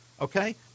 okay